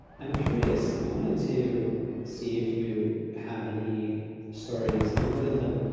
i'm curious, i wanted to see if you have any stories, i know that like,